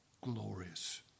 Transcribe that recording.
glorious